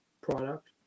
product